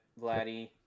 Vladdy